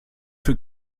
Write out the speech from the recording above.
für